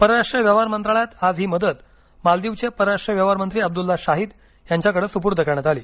परराष्ट्र व्यवहार मंत्रालयात आज ही मदत मालदीवचे परराष्ट्र व्यवहार मंत्री अब्द्ल्ला शाहीद यांच्याकडे सुपूर्द करण्यात आली